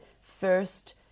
first